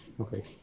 Okay